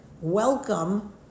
welcome